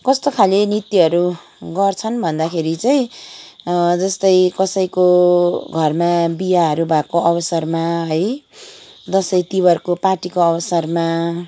कस्तो खाले नृत्यहरू गर्छन् भन्दाखेरि चाहिँ जस्तै कसैको घरमा बिहाहरू भएको अवसरमा है दसैँ तिहारको पार्टिको अवसरमा